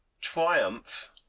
Triumph